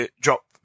drop